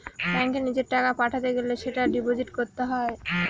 ব্যাঙ্কে নিজের টাকা পাঠাতে গেলে সেটা ডিপোজিট করতে হয়